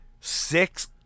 six